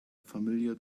familiar